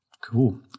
cool